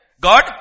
God